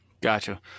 Gotcha